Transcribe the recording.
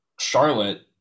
Charlotte